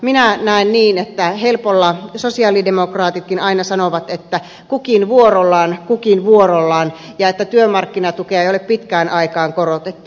minä näen niin että helpolla sosialidemokraatitkin aina sanovat että kukin vuorollaan kukin vuorollaan ja että työmarkkinatukea ei ole pitkään aikaan korotettu